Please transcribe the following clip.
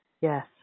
yes